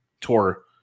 tour